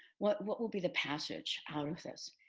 what what will be the passage out of this?